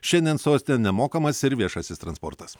šiandien soste nemokamas ir viešasis transportas